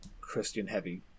Christian-heavy